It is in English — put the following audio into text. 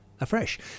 afresh